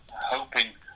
hoping